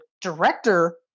director